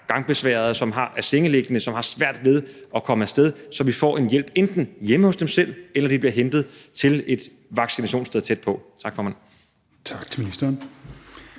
gangbesværede, som er sengeliggende, og som har svært ved at komme af sted, så de får en hjælp enten hjemme hos dem selv, eller de bliver hentet til et vaccinationssted tæt på. Tak, formand.